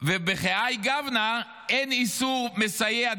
ובכהאי גוונא אין איסור מסייע,